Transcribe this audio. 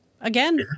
again